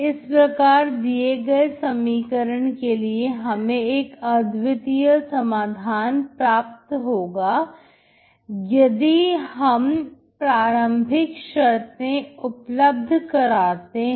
इस प्रकार दिए गए समीकरण के लिए हमें एक अद्वितीय समाधान प्राप्त होगा यदि हम प्रारंभिक शर्तें उपलब्ध कराते हैं